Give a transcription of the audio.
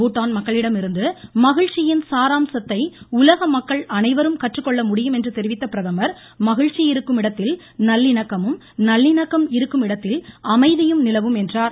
பூடான் மக்களிடமிருந்து மகிழ்ச்சியின் சாராம்சத்தை உலக மக்கள் அனைவரும் கற்றுக்கொள்ள முடியும் என்று தெரிவித்த பிரதமர் மகிழ்ச்சி இருக்கும் இடத்தில் நல்லிணக்கமும் நல்லிணக்கம் இருக்கும் இடத்தில் அமைதியும் நிலவும் என்றார்